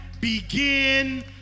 begin